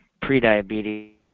pre-diabetes